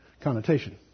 connotation